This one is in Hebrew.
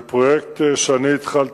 רצוני